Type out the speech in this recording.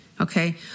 Okay